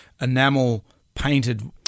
enamel-painted –